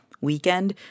weekend